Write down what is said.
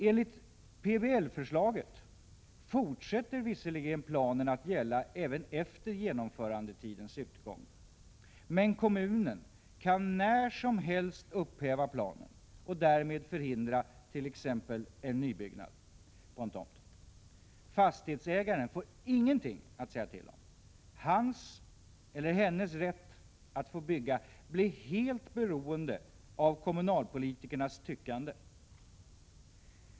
Enligt PBL-förslaget fortsätter visserligen planen att gälla även efter genomförandetidens utgång, men kommunen kan när som helst upphäva planen och därmed förhindra t.ex. en nybyggnad på en tomt. Fastighetsäga 5 ren får ingenting att säga till om. Hans eller hennes rätt att få bygga blir helt beroende av kommunalpolitikernas tyckande.